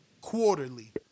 quarterly